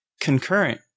concurrent